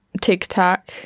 TikTok